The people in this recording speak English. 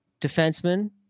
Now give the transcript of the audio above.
defenseman